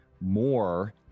more